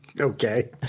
Okay